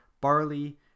barley